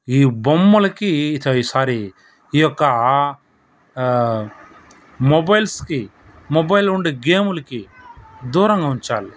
ఈ బొమ్మలకి సారి స్వారీ ఈ యొక్క మొబైల్స్కి మొబైల్లో ఉండే గేములకి దూరంగా ఉంచాలి